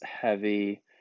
heavy